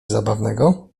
zabawnego